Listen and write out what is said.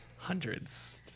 Hundreds